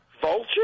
Vulture